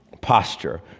posture